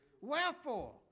Wherefore